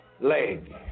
leg